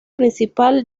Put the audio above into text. principal